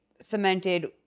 cemented